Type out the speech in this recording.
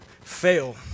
fail